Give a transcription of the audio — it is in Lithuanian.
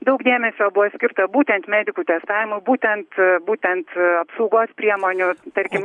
daug dėmesio buvo skirta būtent medikų testavimui būtent būtent apsaugos priemonių tarkim